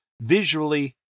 visually